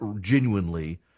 genuinely